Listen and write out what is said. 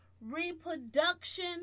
reproduction